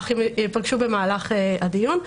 אך הם ייפגשו במהלך הדיון.